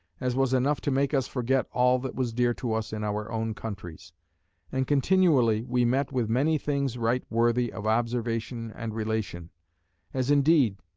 as was enough to make us forget all that was dear to us in our own countries and continually we met with many things right worthy of observation and relation as indeed,